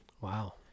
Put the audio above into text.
wow